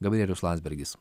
gabrielius landsbergis